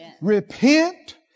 Repent